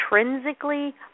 intrinsically